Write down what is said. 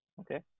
Okay